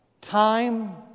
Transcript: Time